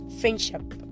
friendship